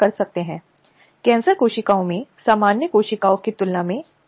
और उसके अधिकार कानून के समक्ष स्थापित हैं